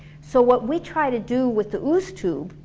so what we try to do with the ooze-tube,